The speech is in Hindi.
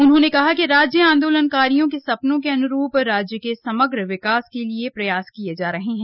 उन्होंने कहा कि राज्य आन्दोलनकारियों के सपनों के अन्रूप राज्य के समग्र विकास के लिए प्रयास किये जा रहे हैं